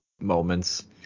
moments